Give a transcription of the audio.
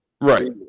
Right